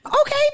Okay